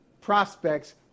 prospects